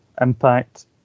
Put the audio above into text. Impact